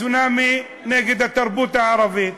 צונאמי נגד התרבות הערבית.